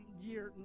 year